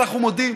אנחנו מודים,